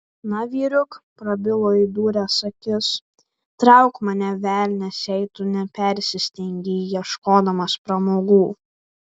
na vyriuk prabilo įdūręs akis trauk mane velnias jei tu nepersistengei ieškodamas pramogų